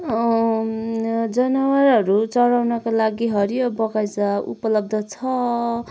जनावरहरू चराउनका लागि हरियो बगैँचा उपलब्ध छ